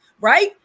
right